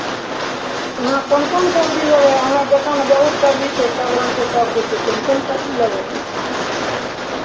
हँ कोन कोन सबजी लेबै हमरा दोकानमे बहुत सबजी छै सभ रङ्गके सबजी छै कोन कोन सबजी लेबै